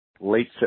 late